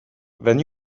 when